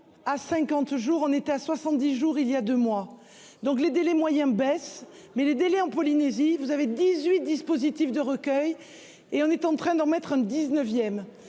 à 50 jours, on est à 70 jours, il y a 2 mois. Donc les délais moyens baissent mais les délais en Polynésie. Vous avez 18 dispositifs de recueil et on est en train d'en mettre un 19ème